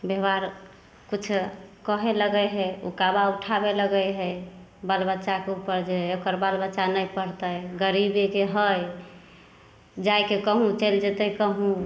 बेवहार किछु कहै लगै हइ उकाबा उठाबै लगै हइ बाल बच्चाके उपर जे एकर बाल बच्चा नहि पढ़तै गरीबेके हइ जाइके कहूँ चलि जेतै कहूँ